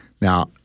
Now